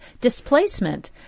displacement